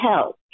help